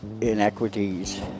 inequities